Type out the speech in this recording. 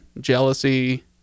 jealousy